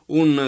...un